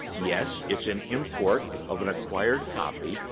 yes, it's an import of an acquired copy.